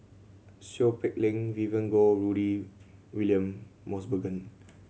Seow Peck Leng Vivien Goh Rudy William Mosbergen